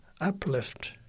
uplift